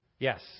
Yes